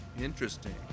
Interesting